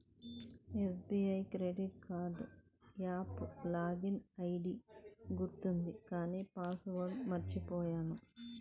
SBI credit card app login ID గుర్తుంది కానీ password మర్చిపొయ్యాను